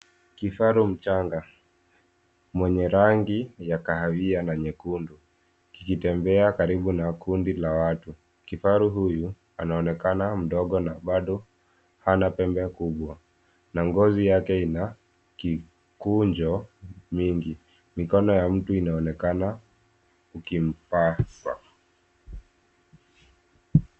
Kifaru mchanga mwenye rangi ya kahawia na nyekundu. Akitembea karibu na kundi la watu. Kifaru huyu anaonekana mdogo na bado hana pembe kubwa na ngozi yake ina kikunjo mingi. Mikono ya mtu inaonekana ikimpasa.